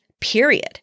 period